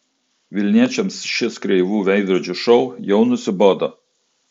vilniečiams šis kreivų veidrodžių šou jau nusibodo